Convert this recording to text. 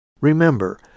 Remember